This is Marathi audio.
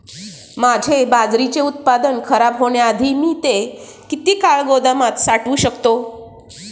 माझे बाजरीचे उत्पादन खराब होण्याआधी मी ते किती काळ गोदामात साठवू शकतो?